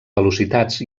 velocitats